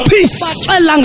Peace